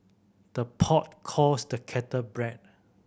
the pot calls the kettle black